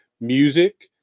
music